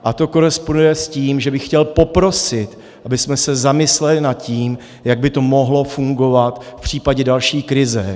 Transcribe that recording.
A to koresponduje s tím, že bych chtěl poprosit, abychom se zamysleli nad tím, jak by to mohlo fungovat v případě další krize.